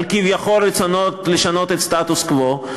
על כביכול רצונות לשנות את הסטטוס-קוו,